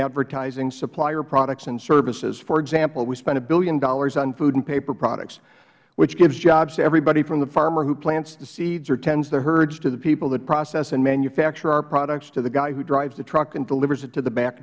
advertising supplier products and services for example we spent one dollar billion on food and paper products which gives jobs to everybody from the farmer who plants the seeds or tends the herds to the people that process and manufacture our products to the guy who drives the truck and delivers it to the back